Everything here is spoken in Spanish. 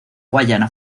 guayana